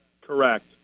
Correct